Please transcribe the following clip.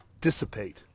dissipate